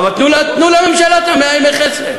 אבל תנו לממשלה את 100 ימי החסד.